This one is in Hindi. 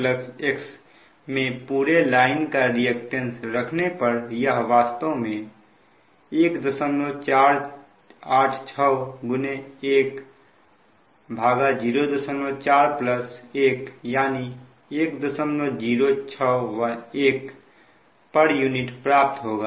xdx में पूरे लाइन का रिएक्टेंस रखने यह वास्तव में 148610041 यानी 1061 pu प्राप्त होगा